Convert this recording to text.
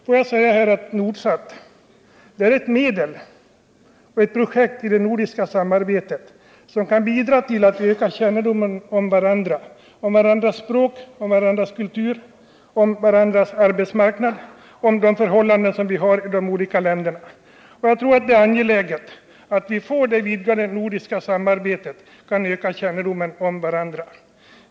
Får jag säga att Nordsat är ett medel, ett projekt i det nordiska samarbetet som kan bidra till att öka kännedomen om varandras språk, kultur, arbetsmarknad och om de förhållanden vi har i de olika länderna. Det är angeläget att vi får ett vidgat nordiskt samarbete och en ökad kännedom om varandras förhållanden.